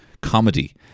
comedy